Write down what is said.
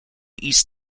east